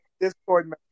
Discord